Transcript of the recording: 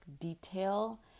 detail